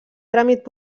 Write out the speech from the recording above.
tràmit